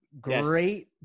Great